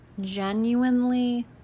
genuinely